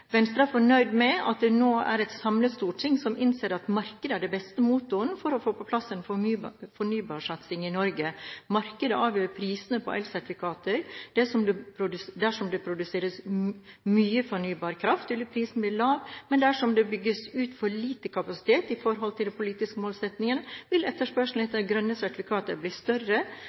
Venstre er fornøyd med at det nå er et samlet storting som innser at markedet er den beste motoren for å få på plass en fornybarsatsing i Norge. Markedet avgjør prisene på elsertifikatene. Dersom det produseres mye fornybar kraft, vil prisen bli lav, men dersom det bygges ut for lite kapasitet i forhold til de politiske målsettingene, vil etterspørselen etter grønne sertifikater bli større